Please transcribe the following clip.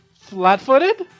flat-footed